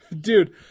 Dude